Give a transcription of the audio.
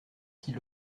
qu’il